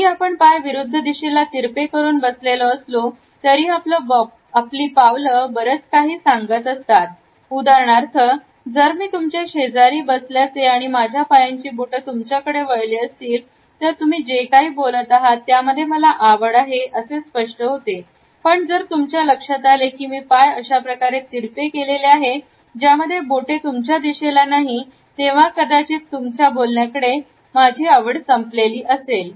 जरी आपण पाय विरुद्ध दिशेला तिरपे करून बसलेलो असतो तरी आपली पावलं बरंच काही सांगत असतात उदाहरणार्थ जर मी तुमच्या शेजारी बसल्याचे आणि माझ्या पायाची बोटं तुमच्याकडे वळली असतील तर तुम्ही जे काही बोलत आहात त्यामध्ये मला आवड आहे असे स्पष्ट होते पण जर तुमच्या लक्षात आले कि मी पाय अशाप्रकारे तिरपे केलेले आहे यामध्ये बोटे तुमच्या दिशेला नाही तेव्हा कदाचित तुमचं बोलण्यातील माझी आवड संपलेली असेल